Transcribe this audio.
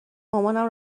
مامانم